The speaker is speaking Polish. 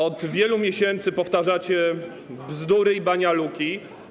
Od wielu miesięcy powtarzacie bzdury i banialuki.